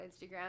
Instagram